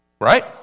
Right